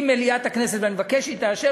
אם מליאת הכנסת תאשר,